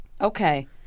okay